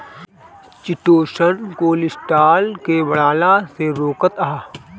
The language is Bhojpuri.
चिटोसन कोलेस्ट्राल के बढ़ला से रोकत हअ